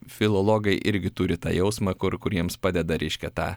filologai irgi turi tą jausmą kur kur jiems padeda reiškia tą